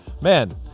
Man